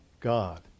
God